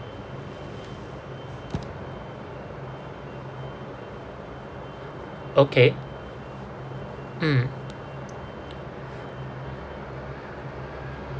okay mm